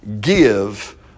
give